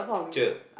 cher